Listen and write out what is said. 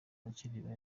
abakiriya